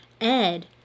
Ed